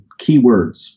keywords